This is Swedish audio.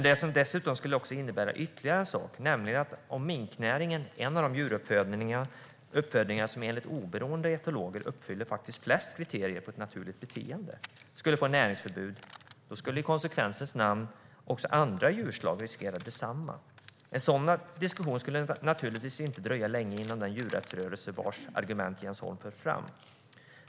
Det skulle innebära ytterligare en sak. Om minknäringen, en av de djuruppfödningar som enligt oberoende etologer faktiskt uppfyller flest kriterier när det gäller naturligt beteende, skulle få näringsförbud skulle i konsekvensens namn också uppfödningen av andra djurslag riskera detsamma. Det skulle inte dröja länge innan en sådan diskussion uppstod inom den djurrättsrörelse vars argument Jens Holm för fram.